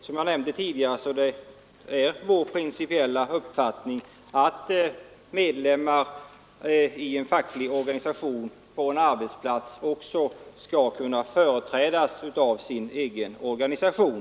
Som jag nämnde tidigare är det vår principiella uppfattning att medlemmar i en facklig organisation på en arbetsplats också skall kunna företrädas av sin organisation.